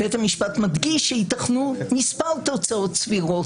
ייתכנו מספר מדגיש שייתכנו מספר תוצאות סבירות,